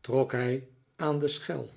trok hij aan de schel